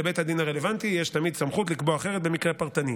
לבית הדין הרלוונטי יש תמיד סמכות לקבוע אחרת במקרה פרטני.